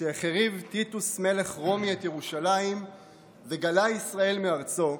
שהחריב טיטוס מלך רומי את ירושלים וגלה ישראל מארצו,